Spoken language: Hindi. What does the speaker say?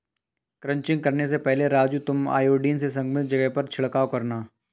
क्रचिंग करने से पहले राजू तुम आयोडीन से संक्रमित जगह पर छिड़काव करना